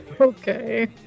Okay